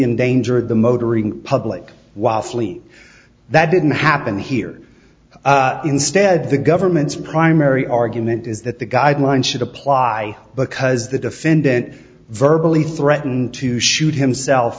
endangered the motoring public waffly that didn't happen here instead the government's primary argument is that the guideline should apply because the defendant virtually threatened to shoot himself